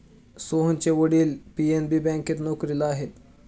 सोहनचे वडील पी.एन.बी बँकेत नोकरीला आहेत